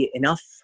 enough